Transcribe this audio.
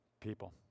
people